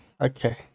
okay